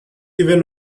even